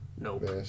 Nope